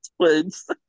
Twins